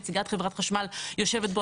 נציגת חברת חשמל יושבת פה,